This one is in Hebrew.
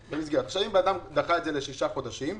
אם אדם דחה את זה בשישה חודשים,